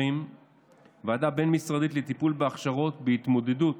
ועדה בין-משרדית לטיפול בהכשרות בהתמודדות